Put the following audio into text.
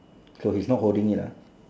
so he's not holding it lah